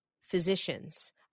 physicians